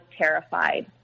terrified